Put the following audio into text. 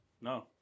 No